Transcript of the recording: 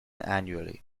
annually